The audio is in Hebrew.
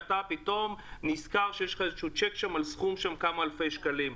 פתאום אתה נזכר שיש לך איזשהו צ'ק על סכום של כמה אלפי שקלים.